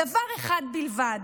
בדבר אחד בלבד: